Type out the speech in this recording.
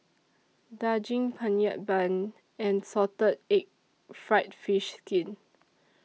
Daging Penyet Bun and Salted Egg Fried Fish Skin